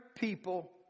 people